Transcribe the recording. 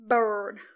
Bird